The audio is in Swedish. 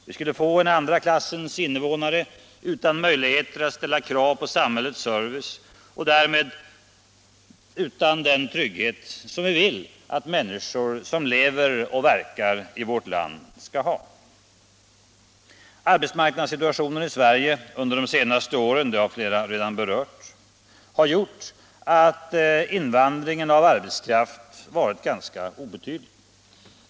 Vi skulle få en grupp andra klassens invånare utan möjligheter att ställa krav på samhällets service och därmed utan den trygghet som vi vill att människor som lever och verkar i vårt land skall ha. Arbetsmarknadssituationen i Sverige under de senaste åren — det har flera talare redan berört — har gjort att invandringen av arbetskraft varit obetydlig.